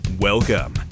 Welcome